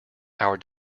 our